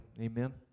Amen